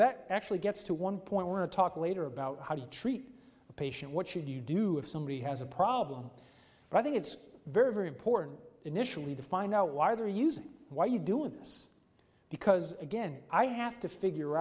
that actually gets to one point to talk later about how do you treat a patient what should you do if somebody has a problem i think it's very very important initially to find out why they are using why are you doing this because again i have to figure